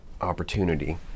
opportunity